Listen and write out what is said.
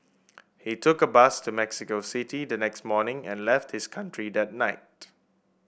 he took a bus to Mexico City the next morning and left his country that night